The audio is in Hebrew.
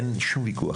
אין שום ויכוח.